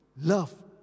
Love